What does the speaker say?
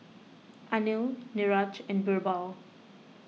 Anil Niraj and Birbal